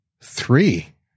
Three